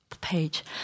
page